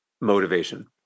motivation